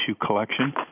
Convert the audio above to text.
collection